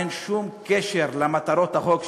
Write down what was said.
אין שום קשר למטרות החוק,